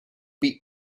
beat